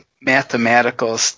mathematical